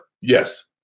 yes